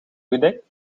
gedekt